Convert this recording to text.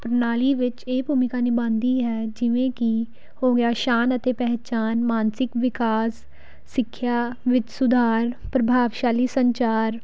ਪ੍ਰਣਾਲੀ ਵਿੱਚ ਇਹ ਭੂਮਿਕਾ ਨਿਭਾਉਂਦੀ ਹੈ ਜਿਵੇਂ ਕਿ ਹੋ ਗਿਆ ਸ਼ਾਨ ਅਤੇ ਪਹਿਚਾਨ ਮਾਨਸਿਕ ਵਿਕਾਸ ਸਿੱਖਿਆ ਵਿੱਚ ਸੁਧਾਰ ਪ੍ਰਭਾਵਸ਼ਾਲੀ ਸੰਚਾਰ